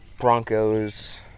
Broncos